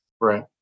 Right